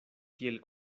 tiel